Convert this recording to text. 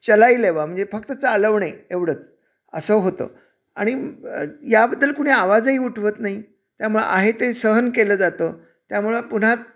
चलाईलेवा म्हणजे फक्त चालवणे एवढंच असं होतं आणि याबद्दल कुणी आवाजही उठवत नाही त्यामुळं आहे ते सहन केलं जातं त्यामुळं पुन्हा